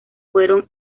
fueron